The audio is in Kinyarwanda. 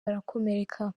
barakomereka